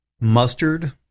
mustard